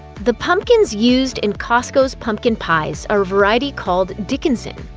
the pumpkins used in costco's pumpkin pies are a variety called dickinson.